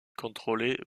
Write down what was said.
contrôlée